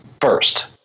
first